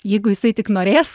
jeigu jisai tik norės